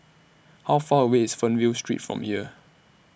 How Far away IS Fernvale Street from here